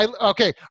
okay